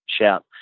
shout